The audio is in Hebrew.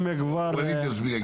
ווליד יגיד לך.